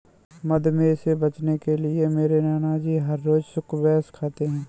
मधुमेह से बचने के लिए मेरे नानाजी हर रोज स्क्वैश खाते हैं